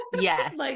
yes